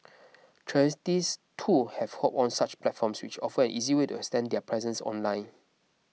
charities too have hopped on such platforms which offer an easy way to extend their presence online